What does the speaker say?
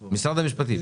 המשפטים,